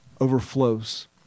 overflows